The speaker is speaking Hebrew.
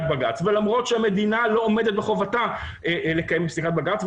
בג"צ ולמרות שהמדינה לא עומדת בחובתה לקיים את פסיקת בג"צ,